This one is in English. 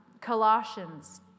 Colossians